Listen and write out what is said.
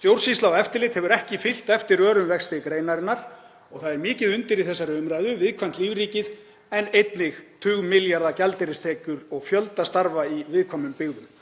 Stjórnsýsla og eftirlit hefur ekki fylgt eftir örum vexti greinarinnar og það er mikið undir í þessari umræðu: Viðkvæmt lífríkið en einnig tugmilljarða gjaldeyristekjur og fjöldi starfa í viðkvæmum byggðum.